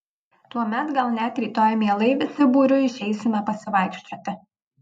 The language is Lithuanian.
tuomet gal net rytoj mielai visi būriu išeisime pasivaikščioti